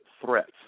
threats